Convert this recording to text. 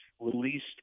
released